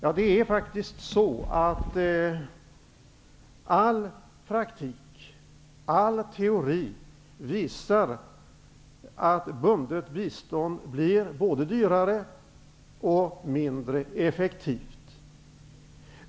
All praktik och all teori visar att bundet bistånd blir både dyrare och mindre effektivt.